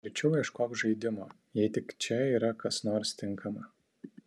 verčiau ieškok žaidimo jei tik čia yra kas nors tinkama